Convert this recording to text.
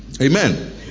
Amen